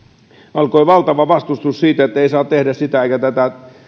alkoi valtava vastustus ettei sitä eikä tätä